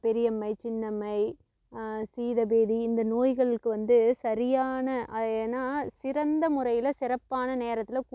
பெரியம்மை சின்னம்மை சீதபேதி இந்த நோய்களுக்கு வந்து சரியான ஏன்னா சிறந்த முறையில் சிறப்பான நேரத்தில் பு